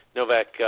Novak